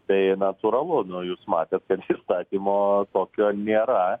tai natūralu nu jūs matėt kad įstatymo tokio nėra